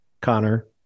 Connor